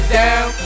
down